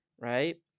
right